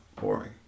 boring